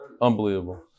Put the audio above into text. Unbelievable